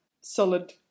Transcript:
solid